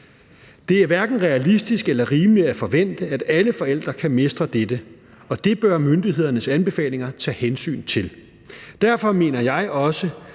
Det er hverken realistisk eller rimeligt at forvente, at alle forældre kan mestre dette, og det bør myndighedernes anbefalinger tage hensyn til. Derfor mener jeg også,